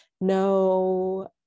No